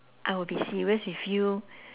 I will be serious with you